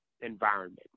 environment